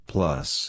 Plus